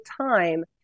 time